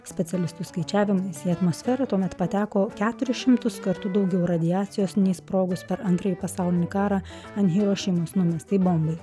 specialistų skaičiavimais į atmosferą tuomet pateko keturis šimtus kartų daugiau radiacijos nei sprogus per antrąjį pasaulinį karą ant hirošimos numestai bombai